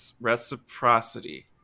reciprocity